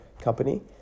company